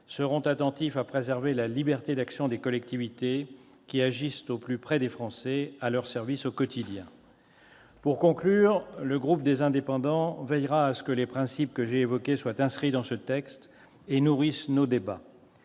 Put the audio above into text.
seront attentifs à préserver la liberté d'action des collectivités, qui agissent au plus près des Français, à leur service, au quotidien. Le groupe des Indépendants veillera à ce que les principes que j'ai évoqués soient inscrits dans ce texte et nourrissent nos débats.